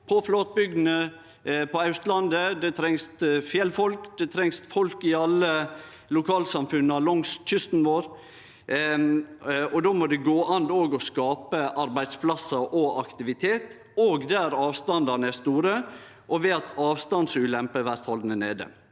på flatbygdene på Austlandet, det trengst fjellfolk, det trengst folk i alle lokalsamfunna langs kysten vår. Då må det gå an å skape arbeidsplassar og aktivitet òg der avstandane er store, og ved at avstandsulemper blir haldne nede.